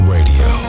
Radio